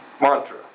Mantra